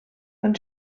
ond